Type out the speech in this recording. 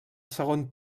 segon